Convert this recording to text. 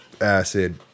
Acid